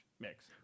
mix